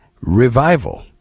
revival